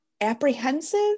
apprehensive